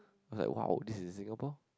I was like !wow! this is in Singapore